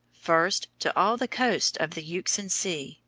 first, to all the coasts of the euxine sea,